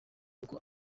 uko